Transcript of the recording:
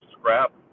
scrap